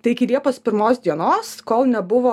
tai iki liepos pirmos dienos kol nebuvo